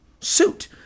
suit